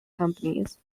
companies